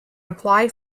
apply